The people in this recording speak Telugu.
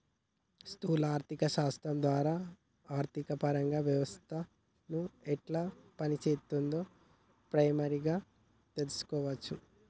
స్థూల ఆర్థిక శాస్త్రం ద్వారా ఆర్థికపరంగా వ్యవస్థను ఎట్లా పనిచేత్తుందో ప్రైమరీగా తెల్సుకోవచ్చును